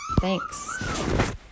thanks